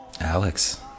Alex